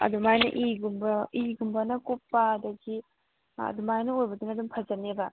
ꯑꯗꯨꯃꯥꯏꯅ ꯏꯒꯨꯝꯕ ꯏꯒꯨꯝꯕꯅ ꯀꯨꯞꯄ ꯑꯗꯒꯤ ꯑꯗꯨꯃꯥꯏꯅ ꯑꯣꯏꯕꯗꯨꯅ ꯑꯗꯨꯝ ꯐꯖꯅꯦꯕ